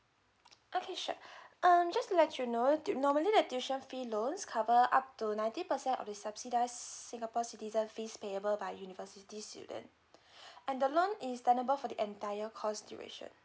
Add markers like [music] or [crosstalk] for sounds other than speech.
okay sure [breath] um just to let you know you tu~ normally the tuition fee loans cover up to ninety percent of the subsidies singapore citizen fees payable by university student [breath] and loan is tenable for the entire course duration